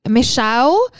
Michelle